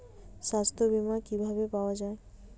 সাস্থ্য বিমা কি ভাবে পাওয়া যায়?